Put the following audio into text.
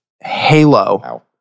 halo